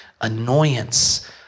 annoyance